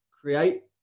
create –